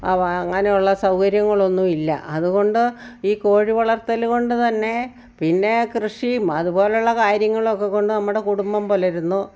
അവ അങ്ങനെ ഉള്ള സൗകര്യങ്ങളൊന്നുമില്ല അത്കൊണ്ട് ഈ കോഴി വളർത്തൽ കൊണ്ട് തന്നെ പിന്നേ കൃഷിയും അതുപോലെയുള്ള കാര്യങ്ങളൊക്കെ കൊണ്ട് നമ്മുടെ കുടുംബം പുലരുന്നു